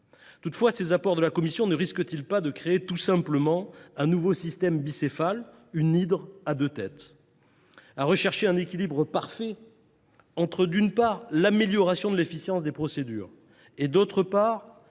civile. Ces apports de la commission ne risquent ils pas, toutefois, de créer tout simplement un nouveau système bicéphale, une hydre à deux têtes ?